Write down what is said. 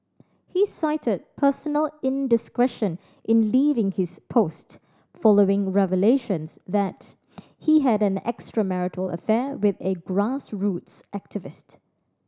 he cited personal indiscretion in leaving his post following revelations that he had an extramarital affair with a grassroots activist